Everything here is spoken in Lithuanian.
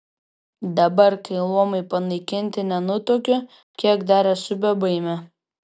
dabar kai luomai panaikinti nenutuokiu kiek dar esu bebaimė